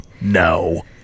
No